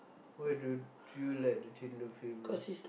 why don't you like the chendol flavour